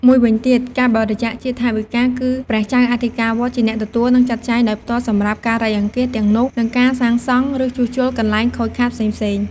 មួយវិញទៀត ការបរិច្ចាគជាថវិកា គឺព្រះចៅអធិកាវត្តជាអ្នកទទួលនិងចាត់ចែងដោយផ្ទាល់សម្រាប់ការៃអង្គាសទាំងនោះនិងការសាងសង់ឬជួសជុលកន្លែងខូចខាតផ្សេងៗ